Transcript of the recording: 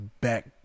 back